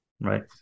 right